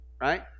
Right